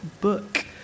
book